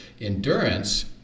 endurance